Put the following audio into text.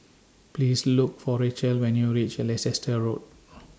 Please Look For Racheal when YOU REACH Leicester Road